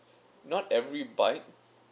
not every bike